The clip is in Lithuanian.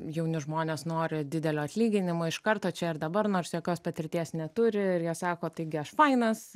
jauni žmonės nori didelio atlyginimo iš karto čia ir dabar nors jokios patirties neturi ir jie sako taigi aš fainas